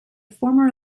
former